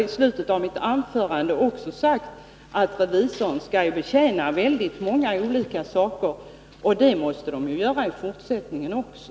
I slutet av mitt anförande sade jag också att revisorerna skall betjäna väldigt många olika intressen. Det måste de göra i fortsättningen också.